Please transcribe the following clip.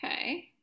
Okay